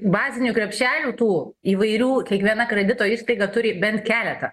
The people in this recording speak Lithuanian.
bazinių krepšelių tų įvairių kiekviena kredito įstaiga turi bent keletą